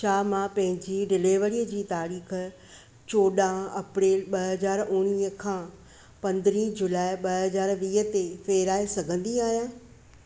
छा मां पंहिंजी डिलीवरीअ जी तारीख़ चोॾहं अप्रेल ॿ हज़ार उणिवीअ खां पंद्रहं जुलाई ॿ हजार वीह ते फेराए सघंदी आहियां